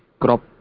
crop